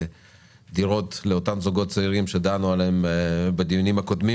דירות לאותם זוגות צעירים שדנו עליהם בדיונים הקודמים